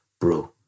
bro